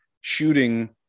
shooting